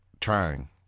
trying